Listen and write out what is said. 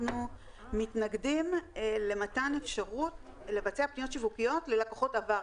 אנחנו מתנגדים למתן אפשרות לבצע פניות שיווקיות ללקוחות עבר,